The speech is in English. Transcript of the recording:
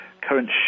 current